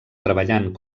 treballant